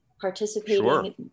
participating